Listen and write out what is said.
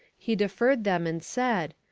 he deferred them, and said,